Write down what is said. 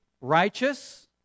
righteous